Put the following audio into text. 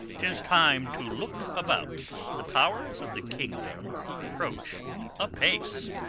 tis time to look about the powers of the kingdom approach apace.